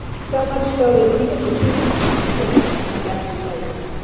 so much so that even the heathen speak of him in every place.